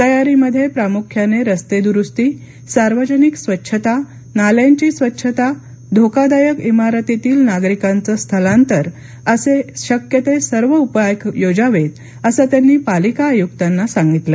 तयारीमध्ये प्रामुख्याने रस्ते दुरुस्ती सार्वजनिक स्वच्छता नाल्यांची स्वच्छता धोकादायक इमारतीतील नागरिकांचं स्थलांतर असे शक्य ते सारे उपाय योजावेत असं त्यांनी पालिका आयुक्तांना सांगितलं